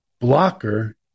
blocker